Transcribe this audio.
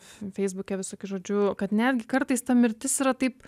f feisbuke visokius žodžiu kad netgi kartais ta mirtis yra taip